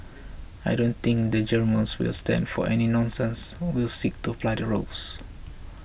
I don't think the Germans will stand for any nonsense will seek to apply the rules